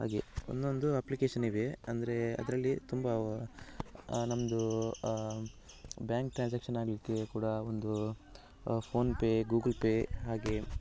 ಹಾಗೇ ಒಂದೊಂದು ಅಪ್ಲಿಕೇಶನ್ ಇವೆ ಅಂದರೆ ಅದರಲ್ಲಿ ತುಂಬ ನಮ್ಮದು ಬ್ಯಾಂಕ್ ಟ್ರಾನ್ಸಾಕ್ಷನ್ ಆಗ್ಲಿಕ್ಕೆ ಕೂಡ ಒಂದು ಫೋನ್ಪೇ ಗೂಗಲ್ ಪೇ ಹಾಗೇ